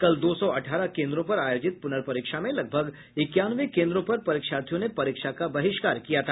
कल दो सौ अठारह केन्द्रों पर आयोजित प्रनर्परीक्षा में लगभग इक्यानवे केन्द्रों पर परीक्षार्थियों ने परीक्षा का बहिष्कार किया था